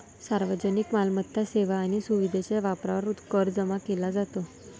सार्वजनिक मालमत्ता, सेवा किंवा सुविधेच्या वापरावर कर जमा केला जातो